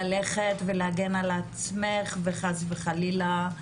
ללכת ולהגן על עצמך, וחס וחלילה,